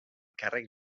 càrrec